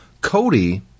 Cody